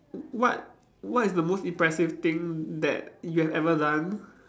what what is the most impressive thing that you have ever done